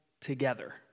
together